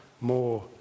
more